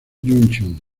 junction